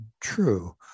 true